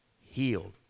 healed